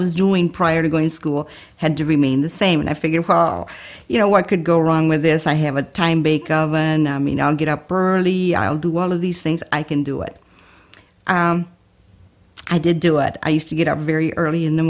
was doing prior to going to school had to remain the same and i figured who are you know what could go wrong with this i have a time bake oven i mean i'll get up early i'll do all of these things i can do it i did do it i used to get up very early in the